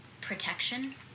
protection